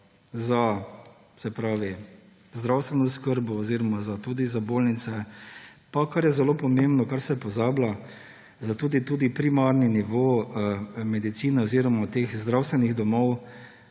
za zdravstveno oskrbo oziroma bolnice, pa kar je zelo pomembno, na kar se pozablja, tudi za primarni nivo medicine oziroma zdravstvenih domov.